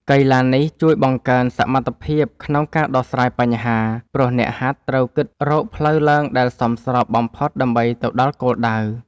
កីឡានេះជួយបង្កើនសមត្ថភាពក្នុងការដោះស្រាយបញ្ហា ព្រោះអ្នកហាត់ត្រូវគិតរកផ្លូវឡើងដែលសមស្របបំផុតដើម្បីទៅដល់គោលដៅ។